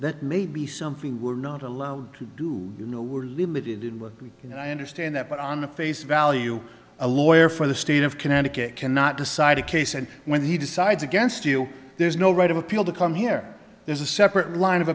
that may be something we're not allowed to do you know we're limited in what you know i understand that but on the face value a lawyer for the state of connecticut cannot decide a case and when he decides against you there's no right of appeal to come here there's a separate line of